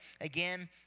Again